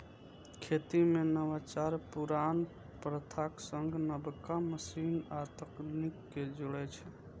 खेती मे नवाचार पुरान प्रथाक संग नबका मशीन आ तकनीक कें जोड़ै छै